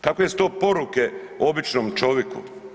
Kakve su to poruke običnom čovjeku?